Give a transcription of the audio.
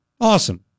Awesome